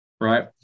right